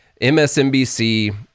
msnbc